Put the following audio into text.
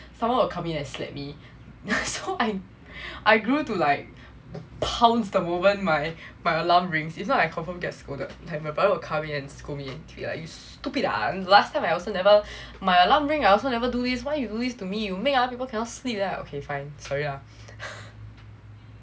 someone will come in and slap me that's how I I grew to like pounce the moment my my alarm rings if not I confirm get scolded like my brother will come in and scold me like be like you stupid ah last time I also never my alarm ring I also never do this why you do this to me you make other people cannot sleep then I okay fine sorry ah